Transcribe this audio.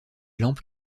lampes